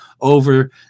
over